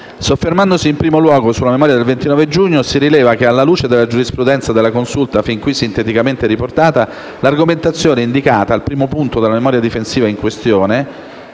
Soffermandosi in primo luogo sulla memoria del 29 giugno, si rileva che, alla luce della giurisprudenza della Consulta fin qui sinteticamente riportata, l'argomentazione indicata al primo punto della memoria difensiva in questione